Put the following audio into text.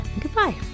goodbye